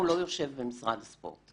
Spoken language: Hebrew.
הוא לא יושב במשרד הספורט,